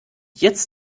jetzt